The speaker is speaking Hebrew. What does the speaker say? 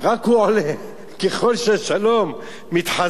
רק הוא עולה, ככל שהשלום מתחזק,